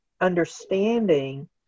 understanding